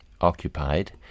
occupied